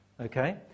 Okay